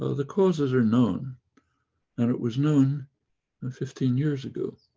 ah the causes are known and it was known and fifteen years ago.